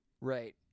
Right